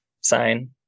sign